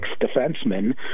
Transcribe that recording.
defenseman